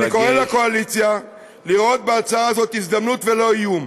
אני קורא לקואליציה לראות בהצעה הזאת הזדמנות ולא איום.